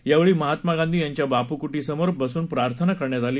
यावेळी महात्मा गांधी यांच्या बापू कुटी समोर बसून प्रार्थना करण्यात आली